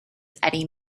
eddie